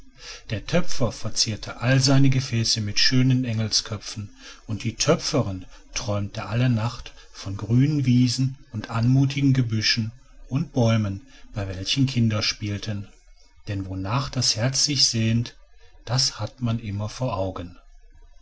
der töpfer verzierte alle seine gefäße mit schönen engelsköpfen und die töpferin träumte alle nacht von grünen wiesen und anmutigen gebüschen und bäumen bei welchen kinder spielten denn wonach das herz sich sehnt das hat man immer vor augen